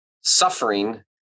suffering